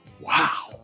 Wow